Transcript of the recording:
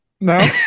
No